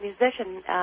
musician